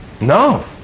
No